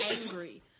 angry